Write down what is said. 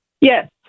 Yes